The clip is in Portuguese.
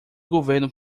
governo